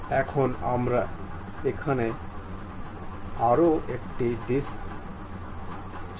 এখন আমরা এখানে আরও একটি ডিস্ক চাই